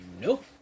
Nope